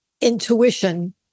intuition